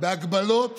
בהגבלות